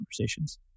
conversations